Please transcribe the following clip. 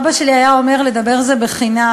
אבא שלי היה אומר: לדבר זה בחינם.